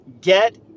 get